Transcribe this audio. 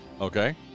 Okay